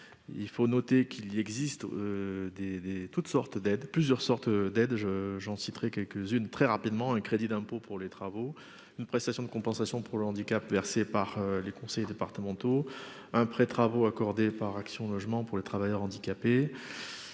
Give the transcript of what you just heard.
des toutes sortes d'aides plusieurs sortes d'aide j'en citerai quelques-unes, très rapidement, un crédit d'impôt pour les travaux, une prestation de compensation pour le handicap versée par les conseils départementaux un prêt travaux accordée par Action logement pour les travailleurs handicapés,